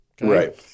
Right